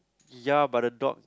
ya but the dog